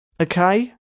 okay